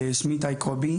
יושב ראש